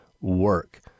work